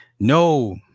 No